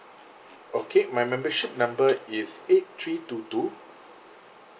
okay my membership number is eight three two two